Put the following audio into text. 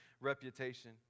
reputation